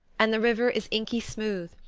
and the river is inky-smooth,